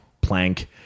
plank